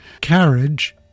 carriage